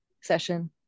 session